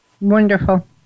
Wonderful